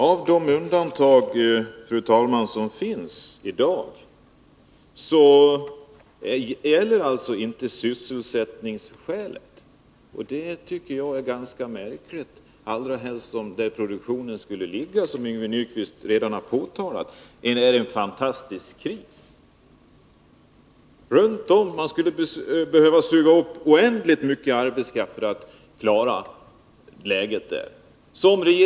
Fru talman! När det gäller de undantag som görs i dag åberopas alltså inte sysselsättningsskälet. Det tycker jag är ganska märkligt, allra helst som det råder en fantastisk kris i det område där produktionen skulle ligga, som Yngve Nyquist redan har påpekat. Man skulle behöva suga upp oändligt mycket arbetskraft för att klara läget där.